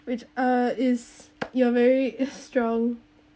which uh is you're very strong